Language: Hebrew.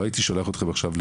לא הייתי שולח אתכם עכשיו,